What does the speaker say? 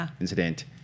incident